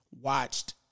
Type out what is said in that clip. watched